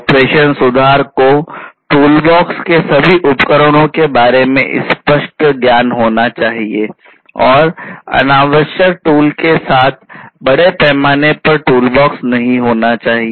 operation सुधार को toolbox के सभी उपकरणों के बारे में स्पष्ट ज्ञान होना चाहिए और अनावश्यक टूल के साथ बड़े पैमाने पर टूलबॉक्स नहीं होना चाहिए